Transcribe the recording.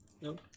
No